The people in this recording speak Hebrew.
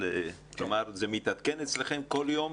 זה מתעדכן אצלכם בכל יום?